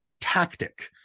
tactic